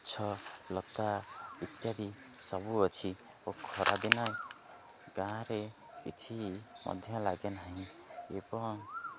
ଗଛ ଲତା ଇତ୍ୟାଦି ସବୁ ଅଛି ଓ ଖରାଦିନ ଗାଁରେ କିଛି ମଧ୍ୟ ଲାଗେ ନାହିଁ ଏବଂ